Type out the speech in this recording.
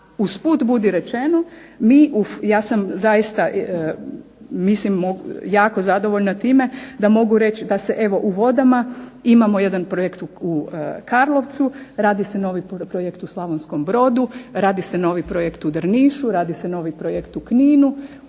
usput budi rečeno ja sam zaista jako zadovoljna time da mogu reći da se evo u vodama imamo jedan projekt u Karlovcu, radi se novi projekt u Slavonskom brodu, radi se novi projekt u Drnišu, radi se novi projekt u Kninu.